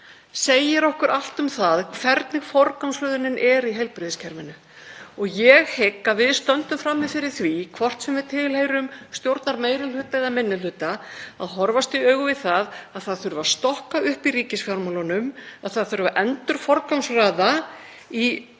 segir okkur allt um það hvernig forgangsröðunin er í heilbrigðiskerfinu. Ég hygg að við stöndum frammi fyrir því, hvort sem við tilheyrum stjórnarmeirihluta eða minni hluta, að horfast í augu við að það þurfi að stokka upp í ríkisfjármálunum, að það þurfi að endurforgangsraða í